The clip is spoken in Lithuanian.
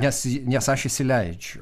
nes nes aš įsileidžiu